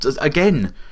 Again